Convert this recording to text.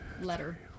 letter